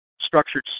structured